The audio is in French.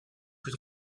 plus